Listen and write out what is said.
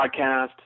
podcast